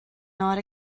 not